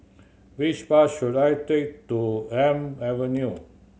which bus should I take to Elm Avenue